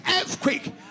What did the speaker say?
earthquake